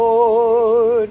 Lord